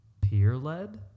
peer-led